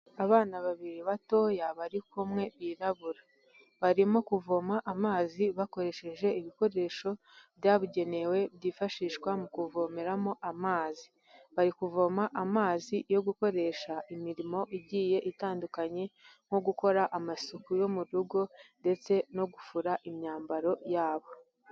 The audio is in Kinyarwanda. Abana babiri batoya bari kumwe birabura, barimo kuvoma amazi bakoresheje ibikoresho byabugenewe byifashishwa mu kuvomeramo amazi, bari kuvoma amazi yo gukoresha imirimo igiye itandukanye nko gukora amasuku yo mu rugo ndetse no gufura imyambaro yabo.